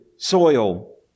Soil